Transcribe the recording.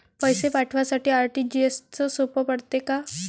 पैसे पाठवासाठी आर.टी.जी.एसचं सोप पडते का?